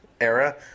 era